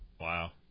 Wow